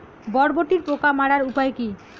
বরবটির পোকা মারার উপায় কি?